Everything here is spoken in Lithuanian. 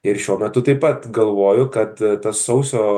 ir šiuo metu taip pat galvoju kad tas sausio